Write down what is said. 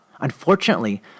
Unfortunately